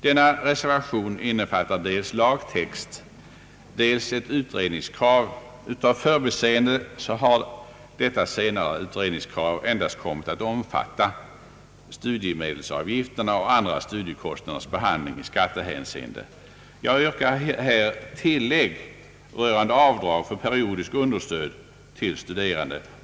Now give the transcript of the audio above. Denna reservation innefattar dels alternativ lagtext, dels ett utredningskrav. Av förbiseende har detta senare utredningskrav endast kommit att omfatta studiemedelsavgifters och andra studiekostnaders behandling i skattehänseende. Jag yrkar här tillägg rörande avdrag för periodiskt understöd till studerande.